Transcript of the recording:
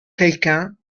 quelqu’un